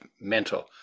mental